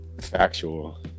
factual